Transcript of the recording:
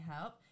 help